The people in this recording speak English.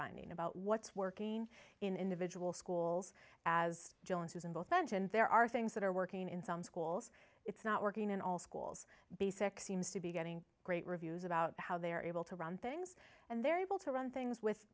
finding about what's working in individual schools as jones says in both mentioned there are things that are working in some schools it's not working in all schools basic seems to be getting great reviews about how they're able to run things and they're able to run things with